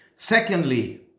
Secondly